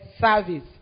service